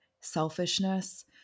selfishness